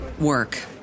work